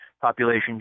population